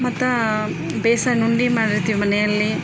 ಮತ್ತು ಬೇಸನ್ ಉಂಡೆ ಮಾಡಿರ್ತೀವಿ ಮನೆಯಲ್ಲಿ